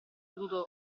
potuto